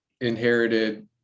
inherited